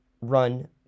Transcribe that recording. run